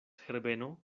herbeno